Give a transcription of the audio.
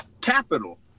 capital